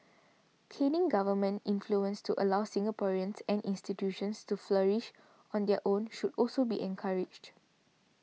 ceding government influence to allow Singaporeans and institutions to flourish on their own should also be encouraged